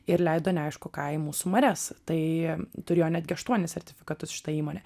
ir leido neaišku ką į mūsų marias tai turėjo netgi aštuonis sertifikatus šita įmonė